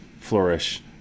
flourish